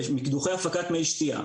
מקידוחי הפקת מי שתייה.